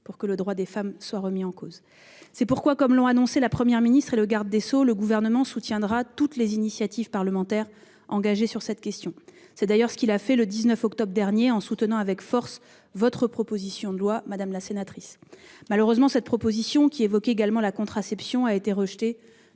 pour que le droit des femmes soit remis en cause ! C'est pourquoi, comme l'ont annoncé la Première ministre et le garde des sceaux, le Gouvernement appuiera toutes les initiatives parlementaires engagées sur cette question. C'est d'ailleurs ce qu'il a fait le 19 octobre dernier en soutenant avec force votre proposition de loi, madame la sénatrice. Malheureusement, ce texte, qui évoquait également la contraception, a été rejeté